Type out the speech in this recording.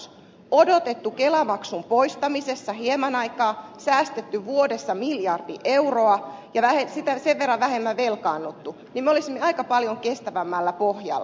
jos olisi odotettu kelamaksun poistamisessa hieman aikaa säästetty vuodessa miljardi euroa ja sen verran vähemmän velkaannuttu niin me olisimme aika paljon kestävämmällä pohjalla